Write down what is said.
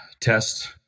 test